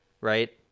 Right